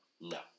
No